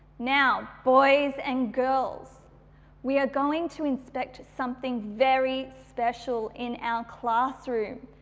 now boys and girls we are going to inspect something very special in our classroom.